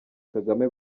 kagame